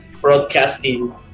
broadcasting